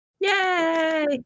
Yay